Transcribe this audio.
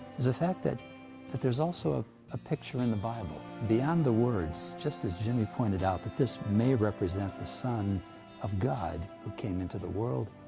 is the fact that that there's also a, a picture in the bible, beyond the words. just as jimmy pointed out that this may represent the son of god who came into the world.